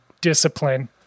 discipline